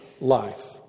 life